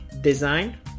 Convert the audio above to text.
design